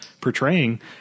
portraying